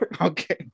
Okay